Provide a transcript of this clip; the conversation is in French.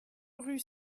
rue